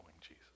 Jesus